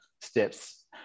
steps